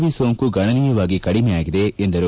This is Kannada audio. ವಿ ಸೋಂಕು ಗಣನೀಯವಾಗಿ ಕಡಿಮೆಯಾಗಿದೆ ಎಂದರು